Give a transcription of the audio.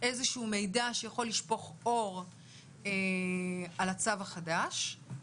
איזה שהוא מידע שיכול לשפוך אור על הצו החדש,